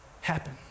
happen